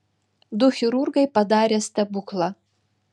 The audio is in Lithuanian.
du chirurgai padarė stebuklą